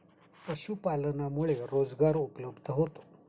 पशुपालनामुळे रोजगार उपलब्ध होतो